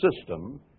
system